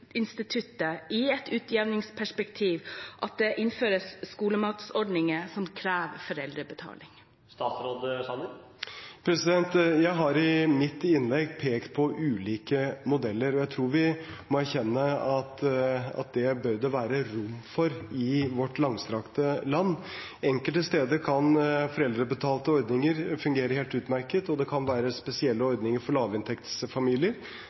i et utjevningsperspektiv utfordringer med at det innføres skolematordninger som krever foreldrebetaling? Jeg pekte i mitt innlegg på ulike modeller, og jeg tror vi må erkjenne at det bør det være rom for i vårt langstrakte land. Enkelte steder kan foreldrebetalte ordninger fungere helt utmerket, og det kan være spesielle ordninger for lavinntektsfamilier.